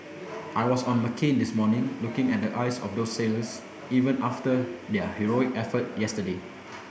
I was on McCain this morning looking at the eyes of those sailors even after their heroic effort yesterday